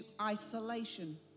isolation